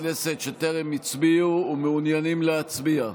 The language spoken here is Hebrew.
כנסת שטרם הצביעו ומעוניינים להצביע?